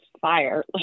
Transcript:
fire